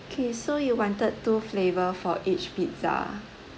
okay so you wanted two flavour for each pizza